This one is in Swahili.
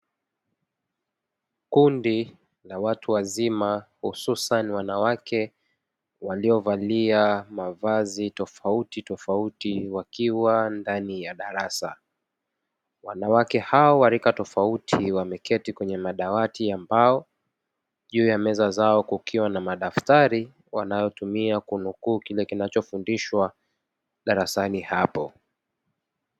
Kundi na watu wazima hususani wanawake waliovalia mavazi tofautitofauti wakiwa ndani ya darasa, wanawake hao wa rika tofauti wameketi kwenye madawati ya mbao juu ya meza zao kukiwa na madaftari wanayotumia kunukuu kile kinachofundishwa darasani hapo.